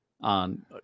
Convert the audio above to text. on